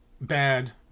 bad